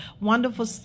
Wonderful